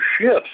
shifts